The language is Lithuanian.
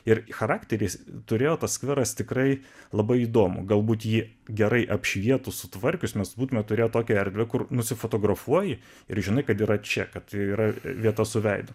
ir charakteris turėjo tas skveras tikrai labai įdomu galbūt ji gerai apšvietus sutvarkius mes būtumėme turėję tokią erdvę kur nusifotografuoji ir žinai kad yra čia kad yra vieta su veidu